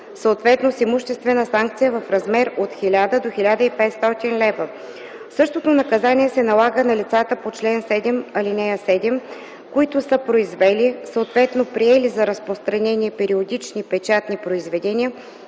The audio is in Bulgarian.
съответно с имуществена санкция, в размер от 1000 до 1500 лв. Същото наказание се налага на лицата по чл. 7, ал. 7, които са произвели, съответно приели, за разпространение периодични печатни произведения,